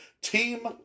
Team